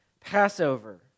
Passover